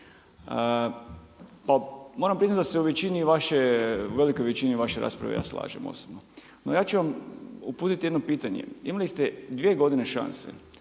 se u većini vaše, u velikoj većini vaše rasprave ja slažem osobno. No, ja ću vam uputiti jedno pitanje. Imali ste dvije godine šanse,